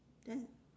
then